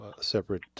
separate